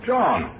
John